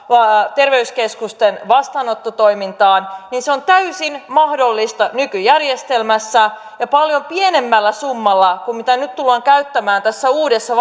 terveyskeskusten vastaanottotoimintaan niin se on täysin mahdollista nykyjärjestelmässä ja paljon pienemmällä summalla kuin mitä nyt tullaan käyttämään tässä uudessa